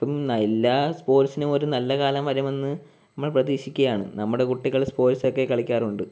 ഇപ്പോൾ എല്ലാ സ്പോർട്സിനും ഒരു നല്ല കാലം വരുമെന്ന് നമ്മൾ പ്രതീക്ഷിക്കയാണ് നമ്മുടെ കുട്ടികൾ സ്പോട്സൊക്കെ കളിക്കാറുണ്ട്